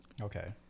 Okay